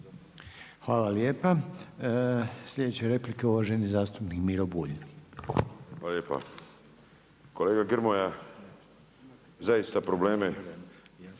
Hvala lijepa. Sljedeća je replika uvaženi zastupnik Miro Bulj. **Bulj, Miro (MOST)** Kolega Grmoja, zaista probleme